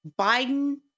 Biden